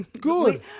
Good